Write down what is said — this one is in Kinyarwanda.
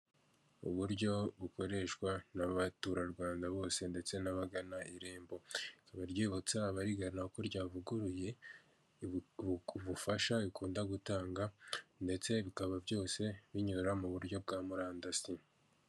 Uburyo bukoreshwa n'abatura Rwanda bose ndetse n'abagana irembo. Rikaba ryibutsa abarigana ko ryavuguruye ubufasha rikunda gutanga, ndetse bikaba byose binyura mu buryo bwa murandasi.